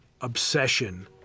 obsession